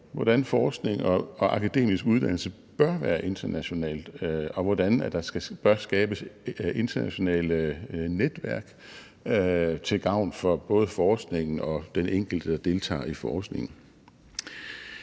hvordan forskning og akademisk uddannelse bør være international, og hvordan der bør skabes internationale netværk til gavn for både forskningen og den enkelte deltager i forskningen.